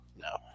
no